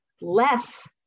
less